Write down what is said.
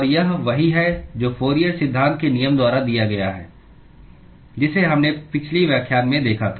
और यह वही है जो फूरियरFourier's सिद्धांत के नियम द्वारा दिया गया है जिसे हमने पिछले व्याख्यान में देखा था